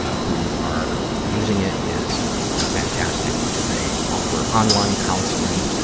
who are using it is fantastic. they offer online counseling.